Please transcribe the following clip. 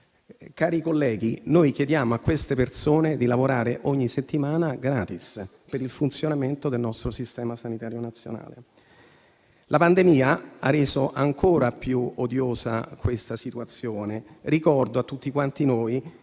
Colleghi, noi chiediamo a queste persone di lavorare ogni settimana *gratis* per il funzionamento del nostro Sistema sanitario nazionale. La pandemia ha reso ancora più odiosa questa situazione. Ricordo a tutti quanti noi,